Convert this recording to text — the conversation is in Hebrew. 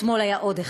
אתמול היה עוד אחד.